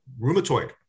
rheumatoid